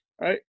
right